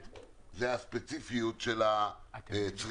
שהמכלים הגדולים זה הספציפיות של הצריכה